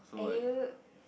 are you